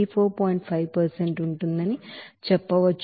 5 ఉంటుందని చెప్పవచ్చు